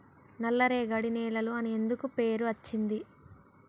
నల్లరేగడి నేలలు అని ఎందుకు పేరు అచ్చింది?